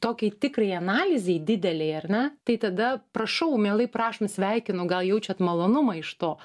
tokiai tikrai analizei didelei ar ne tai tada prašau mielai prašom sveikinu gal jaučiat malonumą iš to